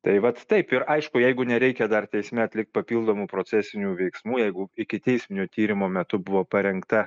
tai vat taip ir aišku jeigu nereikia dar teisme atlikt papildomų procesinių veiksmų jeigu ikiteisminio tyrimo metu buvo parengta